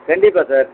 கண்டிப்பாக சார்